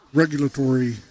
regulatory